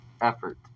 effort